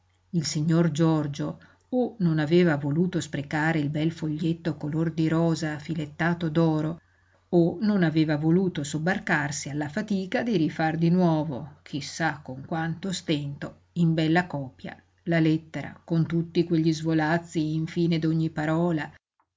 il signor giorgio o non aveva voluto sprecare il bel foglietto color di rosa filettato d'oro o non aveva voluto sobbarcarsi alla fatica di rifar di nuovo chi sa con quanto stento in bella copia la lettera con tutti quegli svolazzi in fine d'ogni parola